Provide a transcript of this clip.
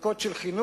קודקוד של חינוך,